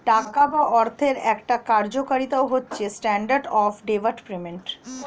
টাকা বা অর্থের একটা কার্যকারিতা হচ্ছে স্ট্যান্ডার্ড অফ ডেফার্ড পেমেন্ট